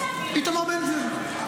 איתמר בן גביר.